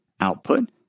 output